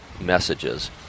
messages